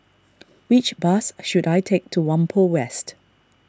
which bus should I take to Whampoa West